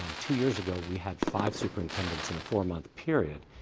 um two years ago we had five superintendents in a four-month period,